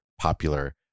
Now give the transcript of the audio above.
popular